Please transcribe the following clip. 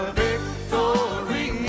victory